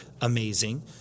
amazing